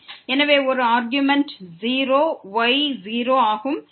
எனவே ஒரு argument 0 y 0 ஆகும்